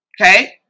Okay